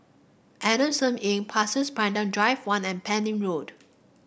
Adamson Inn Pasir's Panjang Drive One and Pending Road